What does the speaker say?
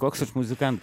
koks aš muzikan